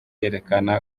yerekana